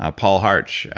ah paul harch,